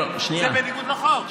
זה בניגוד לחוק.